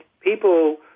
people